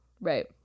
Right